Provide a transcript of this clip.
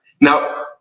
now